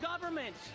government